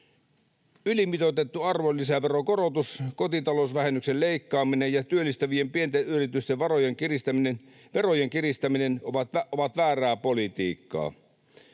Ylimitoitettu arvonlisäveron korotus, kotitalousvähennyksen leikkaaminen ja työllistävien pienten yritysten verojen kiristäminen ovat väärää politiikkaa.